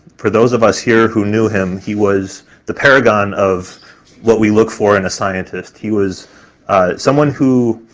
for those of us here who knew him, he was the paragon of what we look for in a scientist, he was someone who